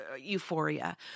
euphoria